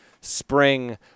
spring